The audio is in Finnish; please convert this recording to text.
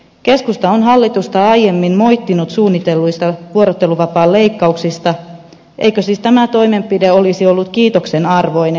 keskusta on aiemmin moittinut hallitusta suunnitelluista vuorotteluvapaan leikkauksista eikö siis tämä toimenpide olisi ollut kiitoksen arvoinen